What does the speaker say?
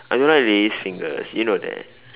I don't like lady's fingers you know that